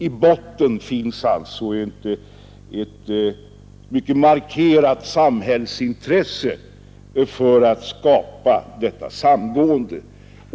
I botten finns alltså ett klart markerat samhällsintresse för att få till stånd detta samgående.